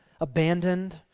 abandoned